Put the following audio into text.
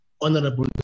Honorable